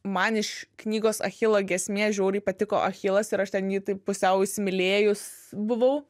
man iš knygos achilo giesmė žiauriai patiko achilas ir aš ten jį taip pusiau įsimylėjus buvau